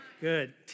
Good